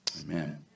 amen